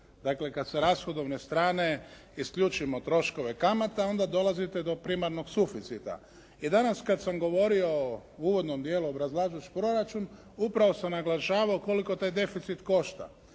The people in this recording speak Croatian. Dakle, kad sa rashodovne strane isključimo troškove kamata, onda dolazite do primarnog suficita. I danas kad sam govorio u uvodnom dijelu obrazlažući proračun, upravo sam naglašavao koliko taj deficit košta